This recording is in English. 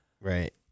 Right